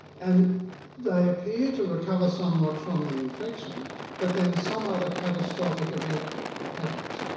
and they appear to recover somewhat from the infection but then some other catastrophic event happens.